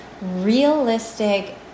realistic